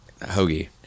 Hoagie